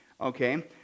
okay